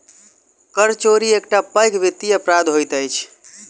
कर चोरी एकटा पैघ वित्तीय अपराध होइत अछि